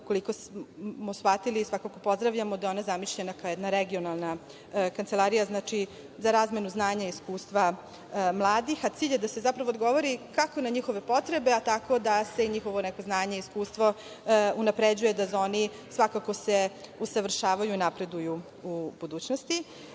Koliko smo shvatili, svakako pozdravljamo, da je ona zamišljena kao jedna regionalna kancelarija za razmenu znanja i iskustva mladih, a cilj je da se odgovori kako na njihove potrebe, tako da se i neko njihovo znanje i iskustvo unapređuje, da se oni svakako usavršavaju i napreduju u budućnosti.